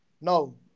No